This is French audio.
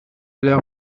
l’heure